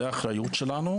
זו האחריות שלנו,